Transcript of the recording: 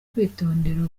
kwitondera